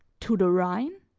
to the rhine?